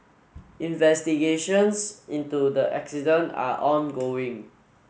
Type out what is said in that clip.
investigations into the are ongoing